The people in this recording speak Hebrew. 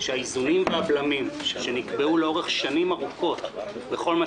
שהאיזונים והבלמים שנקבעו לאורך שנים ארוכות בכל מה